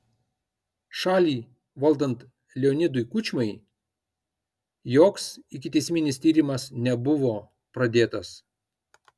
šalį valdant leonidui kučmai joks ikiteisminis tyrimas nebuvo pradėtas